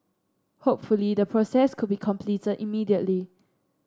hopefully the process could be completed immediately